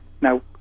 Now